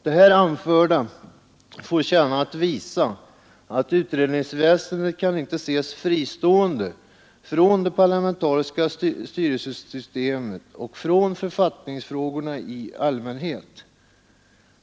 Det här anförda får tjäna att visa att utredningsväsendet inte kan ses fristående från det parlamentariska styrelsesystemet och från författningsfrågorna i allmänhet.